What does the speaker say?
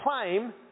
claim